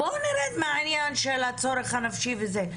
בואו נרד מהעניין של הצורך הנפשי וכו',